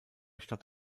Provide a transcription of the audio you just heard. stadt